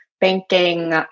banking